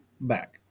back